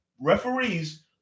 referees